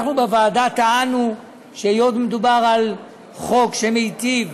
אנחנו בוועדה טענו שהיות שמדובר על חוק שמיטיב,